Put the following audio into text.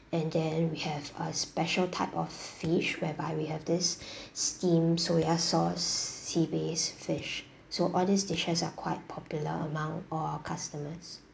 and then we have a special type of fish whereby we have this steamed soy sauce sea bass fish so all these dishes are quite popular among all our customers